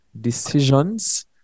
decisions